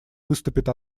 выступит